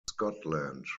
scotland